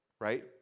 Right